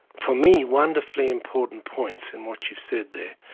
for me, wonderfully important points in what you've said there.